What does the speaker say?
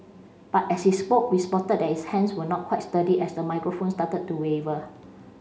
but as he spoke we spotted that his hands were not quite sturdy as the microphone started to waver